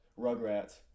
Rugrats